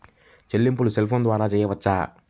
చెల్లింపులు cell phone ద్వారా చేయవచ్చా?